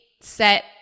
set